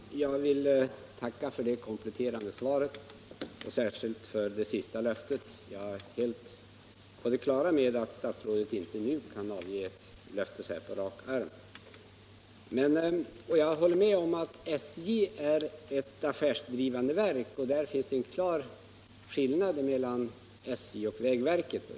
Herr talman! Jag vill tacka för det kompletterande svaret och särskilt för det sista löftet. Jag är helt på det klara med att statsrådet inte nu kan avge ett löfte så här på rak arm. Jag håller med om att SJ är ett affärsdrivande verk; där finns det en klar skillnad mellan SJ och vägverket.